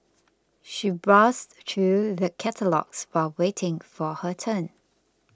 she browsed through the catalogues while waiting for her turn